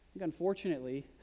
Unfortunately